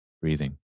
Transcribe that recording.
breathing